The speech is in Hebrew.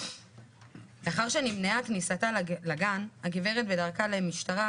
לאחר שנמנעה כניסתה לגן, הגברת בדרכה למשטרה